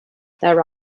there